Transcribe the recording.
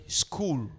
school